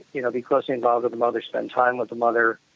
you know, be closely involved with the mother, spend time with the mother,